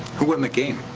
who won the game?